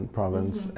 province